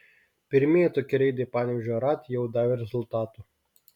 pirmieji tokie reidai panevėžio raad jau davė rezultatų